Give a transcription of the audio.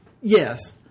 Yes